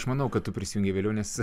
aš manau kad tu prisijungi vėliau nes